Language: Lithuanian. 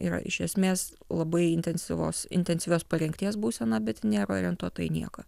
yra iš esmės labai intensyvios intensyvios parengties būsena bet ji nėra orientuota į nieką